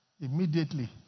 Immediately